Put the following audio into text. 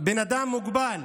בן אדם מוגבל,